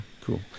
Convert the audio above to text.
Cool